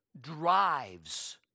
drives